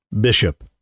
Bishop